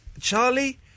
Charlie